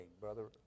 brother